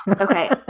Okay